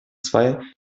zwei